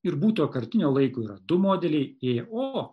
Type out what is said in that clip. ir būtojo kartinio laiko yra du modeliai ė o